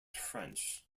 french